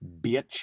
bitch